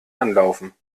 anlaufen